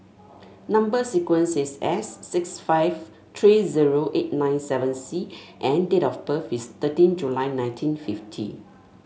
number sequence is S six five three zero eight nine seven C and date of birth is thirteen July nineteen fifty